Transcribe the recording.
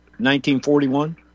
1941